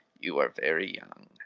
you are very young,